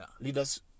leaders